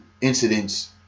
incidents